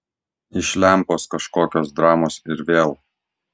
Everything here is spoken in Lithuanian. iš lempos kažkokios dramos ir vėl